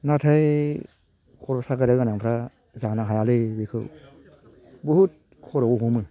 नाथाय खर' सानाय गोनांफ्रा जानो हायालै बेखौ बहुद खर'आव हमो